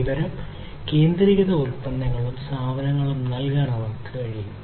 വിവര കേന്ദ്രീകൃത ഉൽപ്പന്നങ്ങളും സാധനങ്ങളും നൽകാൻ അവർക്ക് കഴിയും